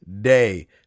day